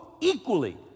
equally